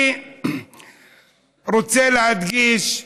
אני רוצה להדגיש,